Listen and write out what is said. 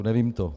Nevím to.